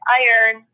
iron